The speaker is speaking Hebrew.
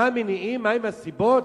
מה המניעים, מה הסיבות?